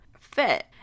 fit